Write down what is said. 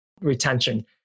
retention